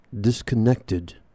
disconnected